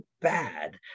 bad